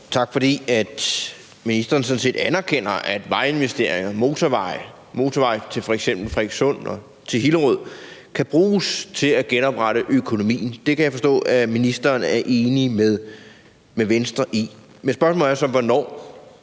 tak for, at ministeren sådan set anerkender, at vejinvesteringer, f.eks. motorvejene til Frederikssund og Hillerød, kan bruges til at genoprette økonomien. Det kan jeg forstå at ministeren er enig med Venstre i. Men spørgsmålet er så, hvornår